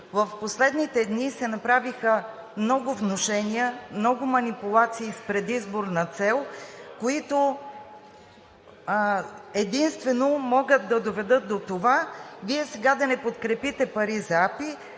В последните дни се направиха много внушения, много манипулации с предизборна цел, които единствено могат да доведат до това Вие сега да не подкрепите пари за АПИ,